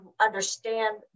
understand